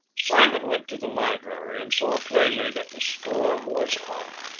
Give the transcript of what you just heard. simon went to the library and saw plainly that the storm was come.